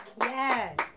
Yes